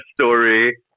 story